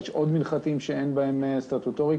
יש עוד מנחתים שאין בהם סטטוטוריקה.